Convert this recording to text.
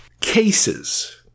cases